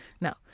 No